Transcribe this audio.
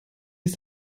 ist